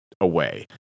away